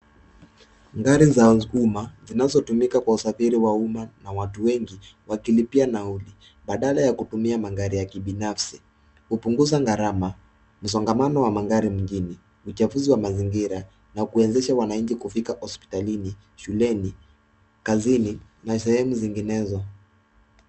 Gari za umma zinazotumika kwa usafiri wa umma na watu wengi wakilipia nauli badala ya kutumia magari ya kibinafsi kupunguza gharama, mzongamano wa magari mjini, uchafuzi wa mazingira na kuwezesha wananchi kufika hospitalini, shuleni, kazini na sehemu zinginezo.